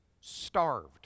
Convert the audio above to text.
starved